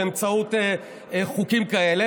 באמצעות חוקים כאלה,